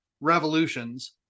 revolutions